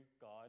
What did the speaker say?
God